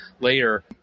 later